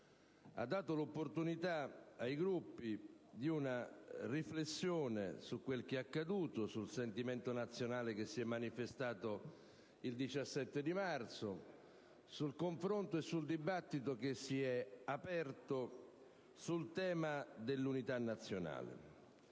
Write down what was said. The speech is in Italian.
ha dato l'opportunità ai Gruppi di una riflessione su quel che è accaduto, sul sentimento nazionale che si è manifestato il 17 marzo, sul confronto che si è aperto sul tema dell'Unità nazionale.